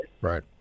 Right